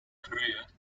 career